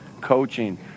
coaching